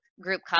group